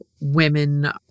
women